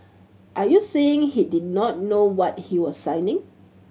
are you saying he did not know what he was signing